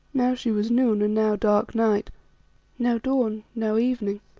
now she was noon and now dark night now dawn, now evening,